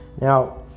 Now